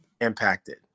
impacted